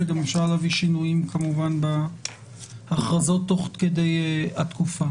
וגם אפשר להביא שינויים בהכרזות תוך כדי התקופה.